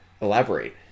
Elaborate